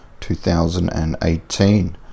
2018